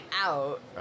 out